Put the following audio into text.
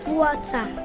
water